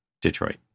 Detroit